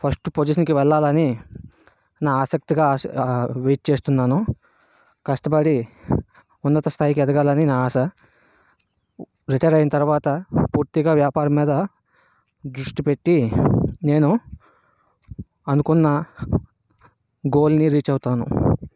first పొజిషన్కి వెళ్ళాలని నా ఆసక్తిగా వెయిట్ చేస్తున్నాను కష్టపడి ఉన్నత స్థాయికి ఎదగాలని నా ఆశ రిటైర్ అయిన తర్వాత పూర్తిగా వ్యాపారం మీద దృష్టి పెట్టి నేను అనుకున్న గోల్ని రీచ్ అవుతాను